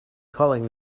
calling